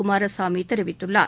குமாரசாமி தெரிவித்துள்ளார்